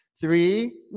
Three